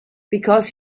because